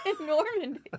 Normandy